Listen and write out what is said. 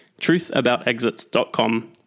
truthaboutexits.com